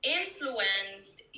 influenced